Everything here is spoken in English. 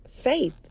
faith